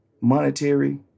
monetary